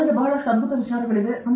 ನನಗೆ ಬಹಳಷ್ಟು ಅದ್ಭುತ ವಿಚಾರಗಳಿವೆ